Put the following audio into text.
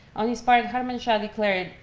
um inspired harmansah ah declared,